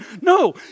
No